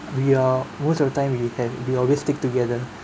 we are most of the time we can we always stick together